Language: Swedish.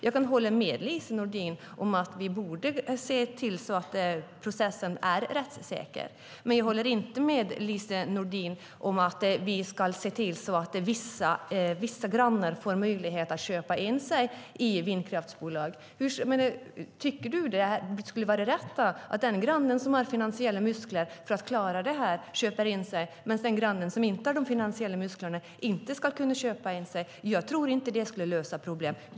Jag kan hålla med Lise Nordin om att vi borde se till att processen är rättssäker, men jag håller inte med Lise Nordin om att vi ska se till att vissa grannar får möjlighet att köpa in sig i vindkraftsbolag. Tycker Lise Nordin att det skulle vara rätt att den granne som har finansiella muskler för att klara det får köpa in sig men att den granne som inte har de finansiella musklerna inte ska kunna köpa in sig? Jag tror inte att det skulle lösa några problem.